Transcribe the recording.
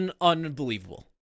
Unbelievable